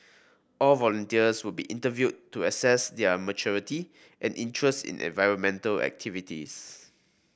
all volunteers would be interviewed to assess their maturity and interest in environmental activities